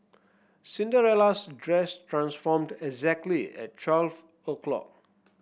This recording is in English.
Cinderella's dress transformed exactly at twelve o' clock